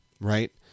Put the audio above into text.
right